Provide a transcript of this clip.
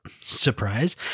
Surprise